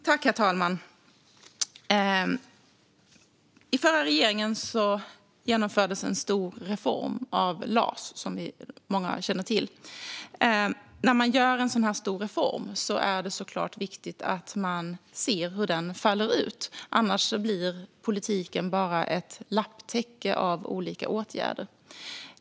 Herr talman! Under förra regeringen genomfördes en stor reform av LAS, vilket många känner till. När en sådan stor reform görs är det givetvis viktigt att se hur den faller ut, för annars blir politiken bara ett lapptäcke av olika åtgärder.